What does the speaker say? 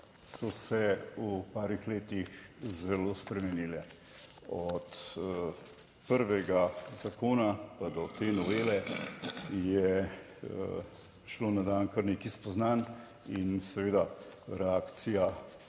so se v parih letih zelo spremenile. Od prvega zakona pa do te novele je prišlo na dan kar nekaj spoznanj in seveda reakcija